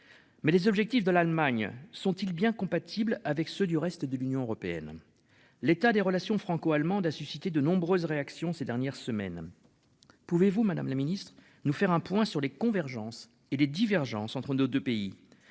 Mais les objectifs de l'Allemagne sont-il bien compatible avec ceux du reste de l'Union européenne. L'état des relations franco-allemandes a suscité de nombreuses réactions. Ces dernières semaines. Pouvez-vous Madame la Ministre, nous faire un point sur les convergences et les divergences entre nos 2 pays.